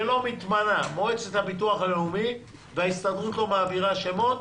שלא מתמנה מועצת הביטוח הלאומי וההסתדרות לא מעבירה שמות,